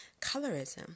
colorism